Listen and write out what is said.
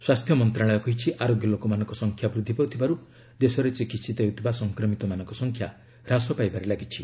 ସ୍ୱାସ୍ଥ୍ୟ ମନ୍ତ୍ରଣାଳୟ କହିଛି ଆରୋଗ୍ୟ ଲୋକମାନଙ୍କ ସଂଖ୍ୟା ବୃଦ୍ଧି ପାଉଥିବାରୁ ଦେଶରେ ଚିକିିିିତ ହେଉଥିବା ସଂକ୍ରମିତମାନଙ୍କ ସଂଖ୍ୟା ହ୍ରାସ ପାଇବାରେ ଲାଗିଛି